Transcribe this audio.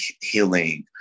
healing